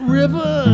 river